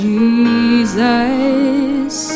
Jesus